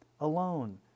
alone